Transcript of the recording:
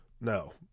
No